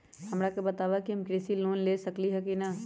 हमरा के बताव कि हम कृषि लोन ले सकेली की न?